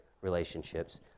relationships